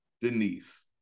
Denise